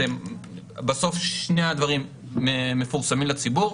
בסוף שני הדברים מפורסמים לציבור.